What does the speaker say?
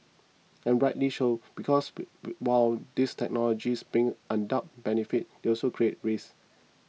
and rightly so because while these technologies bring undoubted benefits they also create risks